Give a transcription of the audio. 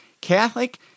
Catholic